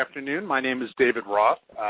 afternoon, my name is david roth.